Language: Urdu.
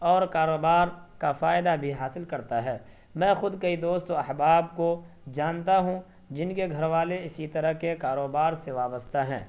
اور کاروبار کا فائدہ بھی حاصل کرتا ہے میں خود کئی دوست و احباب کو جانتا ہوں جن کے گھر والے اسی طرح کے کاروبار سے وابستہ ہیں